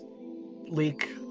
leak